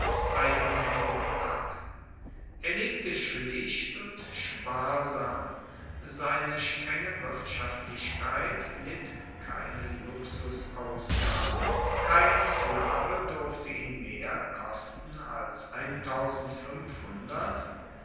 eigenhaendig ab er lebte schlicht und sparsam seine strenge wirtschaftlichkeit litt keine luxusausgaben kein sklave durfte ihn mehr kosten als